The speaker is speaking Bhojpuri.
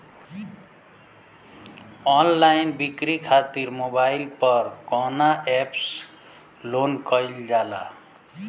ऑनलाइन बिक्री खातिर मोबाइल पर कवना एप्स लोन कईल जाला?